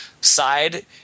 side